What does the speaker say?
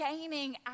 gaining